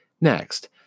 Next